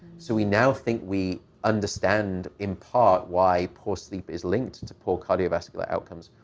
so we now think we understand in part why poor sleep is linked into poor cardiovascular outcomes.